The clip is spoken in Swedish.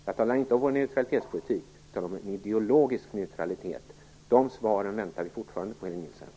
Jag talar inte om vår neutralitetspolitik, jag talar om ideologisk neutralitet. De svaren väntar vi fortfarande på, Helena